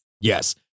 Yes